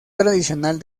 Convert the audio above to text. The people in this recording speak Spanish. tradicional